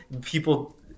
people